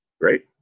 Great